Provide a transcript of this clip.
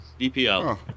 DPL